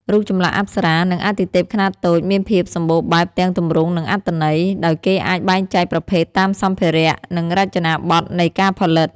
រូបចម្លាក់អប្សរា និងអាទិទេពខ្នាតតូចមានភាពសម្បូរបែបទាំងទម្រង់ និងអត្ថន័យ ដោយគេអាចបែងចែកប្រភេទតាមសម្ភារៈ និងរចនាបថនៃការផលិត។